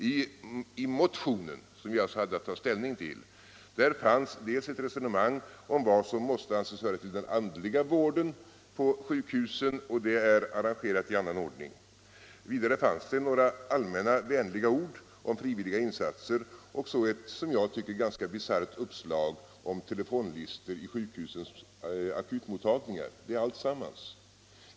I motionen, som vi alltså hade att ta ställning till, fanns dels ett resonemang om vad som måste anses höra till den andliga vården på sjukhusen — och den frågan handhas i annan ordning —, dels några allmänt vänliga ord om frivilliga insatser samt ett, som jag tycker, ganska bisarrt uppslag avseende telefonlistor i sjukhusens akutmottagningar. Det var alltsammans.